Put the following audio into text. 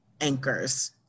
anchors